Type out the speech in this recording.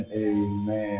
amen